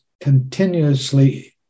continuously